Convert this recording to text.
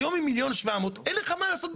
היום עם 1.7 מיליון אין לך מה לעשות,